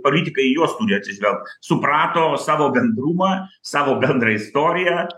politikai į juos turi atsižvelgt suprato savo bendrumą savo bendrą istoriją